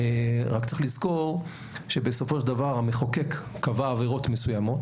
רק צריך לזכור שבסופו של דבר המחוקק קבע עבירות מסוימות.